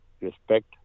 respect